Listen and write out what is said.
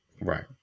Right